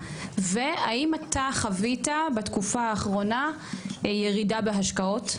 והאם אתה חווית בתקופה האחרונה ירידה בהשקעות,